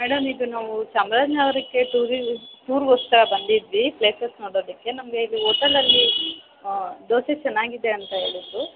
madam ಇದು ನಾವು ಚಾಮ್ರಾಜ ನಗರಕ್ಕೆ ಟೂರಿ ಟೂರ್ಗೋಸ್ಕರ ಬಂದಿದ್ವಿ ಪ್ಲೇಸಸ್ ನೋಡೋದಕ್ಕೆ ನಮಗೆ ಇದು ಓಟೆಲ್ಲಲ್ಲಿ ದೋಸೆ ಚೆನ್ನಾಗಿದೆ ಅಂತ ಹೇಳಿದರು